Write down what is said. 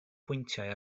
bwyntiau